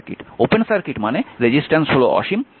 open circuit মানে resistance হল অসীম